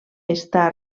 està